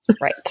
Right